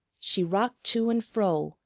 she rocked to and fro,